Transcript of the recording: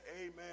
amen